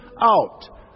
out